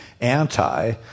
anti